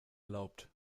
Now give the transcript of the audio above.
erlaubt